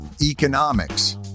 economics